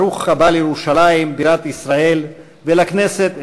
ברוך הבא לירושלים בירת ישראל ולכנסת,